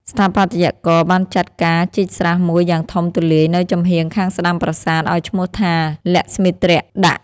ស្ថាបត្យករបានចាត់ការជីកស្រះមួយយ៉ាងធំទូលាយនៅចំហៀងខាងស្តាំប្រាសាទ ឲ្យឈ្មោះថា លក្ស្មិន្ទ្រដាក